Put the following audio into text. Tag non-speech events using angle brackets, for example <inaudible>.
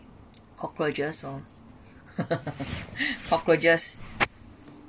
cockroaches oh <laughs> cockroaches